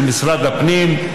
של משרד הפנים,